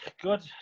good